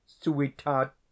sweetheart